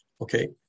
Okay